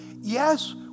Yes